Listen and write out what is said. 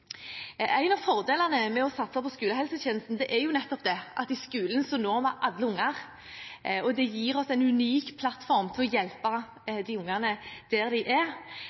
En av fordelene med å satse på skolehelsetjenesten er jo nettopp at i skolen når man alle barn, og det gir oss en unik plattform til å hjelpe de barna der de er.